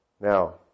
Now